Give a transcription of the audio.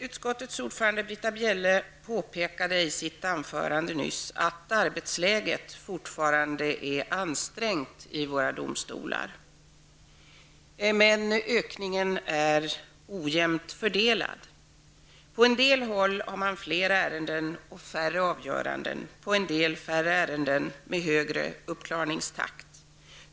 Utskottets ordförande Britta Bjelle påpekade i sitt anförande nyss att arbetsläget fortfarande är ansträngt i våra domstolar. Men ökningen är ojämnt fördelad. På en del håll har man fler ärenden och färre avgöranden, på en del färre ärenden och högre uppklarningstakt.